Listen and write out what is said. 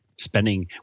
spending